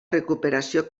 recuperació